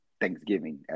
Thanksgiving